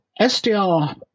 SDR